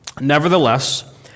Nevertheless